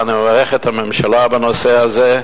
ואני מברך את הממשלה בנושא הזה,